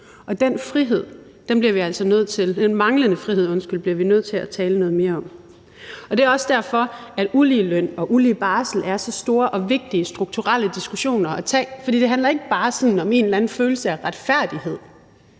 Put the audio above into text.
og den manglende frihed bliver vi altså nødt til at tale noget mere om. Det er også derfor, at ulige løn og ulige barsel er så store og vigtige strukturelle diskussioner at tage. For det handler ikke bare om en eller anden følelse af retfærdighed,